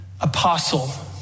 apostle